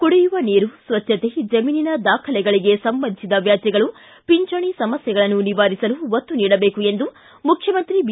ಕುಡಿಯುವ ನೀರು ಸ್ವಚ್ಗತೆ ಜಮೀನಿನ ದಾಖಲೆಗಳಿಗೆ ಸಂಬಂಧಿಸಿದ ವ್ಯಾಜ್ಯಗಳು ಪಿಂಚಣಿ ಸಮಸ್ಥೆಗಳನ್ನು ನಿವಾರಿಸಲು ಒತ್ತು ನೀಡಬೇಕು ಎಂದು ಮುಖ್ಯಮಂತ್ರಿ ಬಿ